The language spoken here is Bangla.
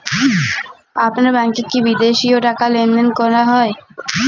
আপনার ব্যাংকে কী বিদেশিও টাকা লেনদেন করা যায়?